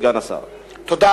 תודה